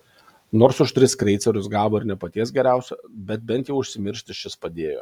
nors už tris kreicerius gavo ir ne paties geriausio bet bent jau užsimiršti šis padėjo